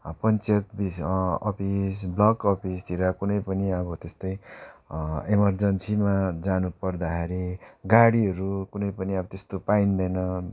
panchayat office block अफिसतिर कुनै पनि अब त्यस्तै इमर्जेन्सीमा जानु पर्दाखेरि गाडीहरू कुनै पनि अब त्यस्तो पाइँदैन